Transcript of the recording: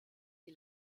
die